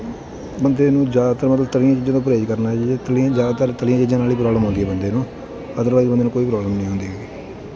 ਬੰਦੇ ਨੂੰ ਜ਼ਿਆਦਾਤਰ ਮਤਲਬ ਤਲੀਆਂ ਚੀਜ਼ਾਂ ਦਾ ਪਰਹੇਜ ਕਰਨਾ ਚਾਹੀਦਾ ਤਲੀਆਂ ਜ਼ਿਆਦਾਤਰ ਤਲੀਆਂ ਚੀਜ਼ਾਂ ਨਾਲ ਹੀ ਪ੍ਰੋਬਲਮ ਆਉਂਦੀ ਹੈ ਬੰਦੇ ਨੂੰ ਅਦਰਵਾਈਜ਼ ਬੰਦੇ ਨੂੰ ਕੋਈ ਪ੍ਰੋਬਲਮ ਨਹੀਂ ਆਉਂਦੀ ਹੈਗੀ